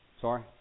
sorry